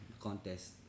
contest